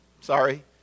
Sorry